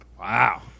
Wow